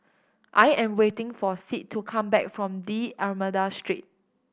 I am waiting for Sid to come back from D'Almeida Street